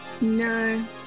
No